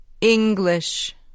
English